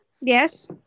Yes